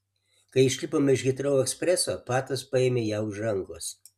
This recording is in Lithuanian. kai išlipome iš hitrou ekspreso patas paėmė ją už rankos